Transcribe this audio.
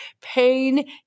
pain